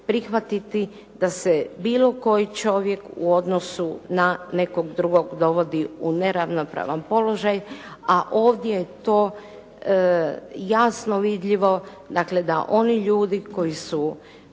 prihvatiti da se bilo koji čovjek u odnosu na nekog drugog dovodi u neravnopravan položaj a ovdje je to jasno vidljivo. Dakle, da oni ljudi koji su